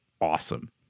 awesome